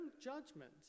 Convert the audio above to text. judgment